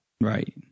Right